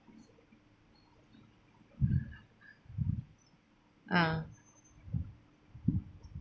ah